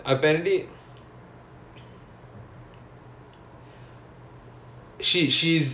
but like she's like fantastic in like singing or like every like she plays instruments and stuff also